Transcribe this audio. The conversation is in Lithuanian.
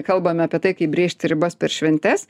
kalbam apie tai kaip brėžti ribas per šventes